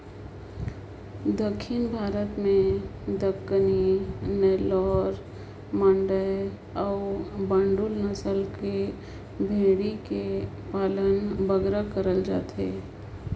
दक्खिन भारत में दक्कनी, नेल्लौर, मांडय अउ बांडुल नसल कर भेंड़ी कर पालन बगरा करल जाथे